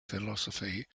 philosophy